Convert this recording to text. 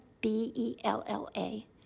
B-E-L-L-A